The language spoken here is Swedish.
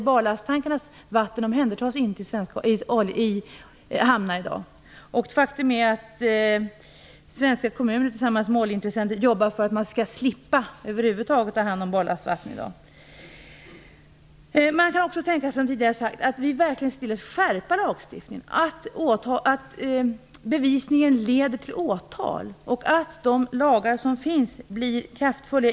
Barlasttankarnas vatten omhändertas inte i svenska hamnar i dag. Faktum är att svenska kommuner tillsammans med oljeintressenter i dag jobbar för att man över huvud taget skall slippa att ta hand om barlastvatten. Man kan också tänka sig att vi verkligen ser till att skärpa lagstiftningen, att bevisningen leder till åtal och att de lagar som finns blir kraftfulla.